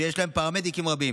שיש להם פרמדיקים רבים,